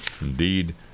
Indeed